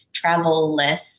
travel-less